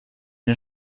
den